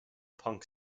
punk